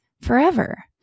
forever